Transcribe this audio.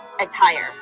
attire